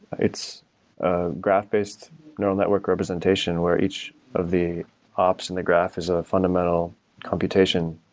it's a graph-based neural network representation where each of the opts in the graph is a fundamental computation.